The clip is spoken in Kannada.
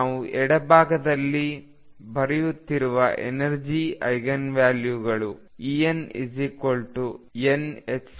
ನಾನು ಎಡಭಾಗದಲ್ಲಿ ಬರೆಯುತ್ತಿರುವ ಎನರ್ಜಿ ಐಗನ್ವ್ಯಾಲ್ಯೂಗಳು Enn222mL2ಆಗಿದೆ